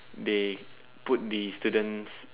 they put the student's